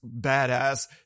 badass